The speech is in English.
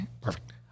Perfect